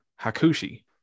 hakushi